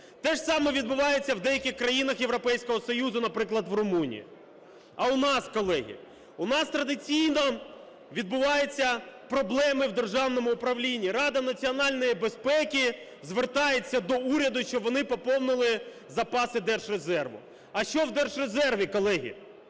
Те ж саме відбувається у деяких країнах Європейського Союзу, наприклад в Румунії. А у нас, колеги? У нас традиційно відбуваються проблеми у державному управлінні. Рада національної безпеки звертається до уряду, щоб вони поповнили запаси Держрезерву. А що в держрезерві, колеги?